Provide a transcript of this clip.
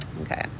Okay